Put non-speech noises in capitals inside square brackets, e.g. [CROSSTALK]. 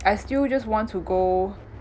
I still just want to go [BREATH]